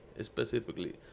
specifically